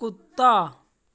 कुत्ता